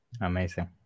Amazing